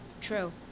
True